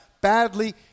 badly